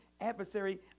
adversary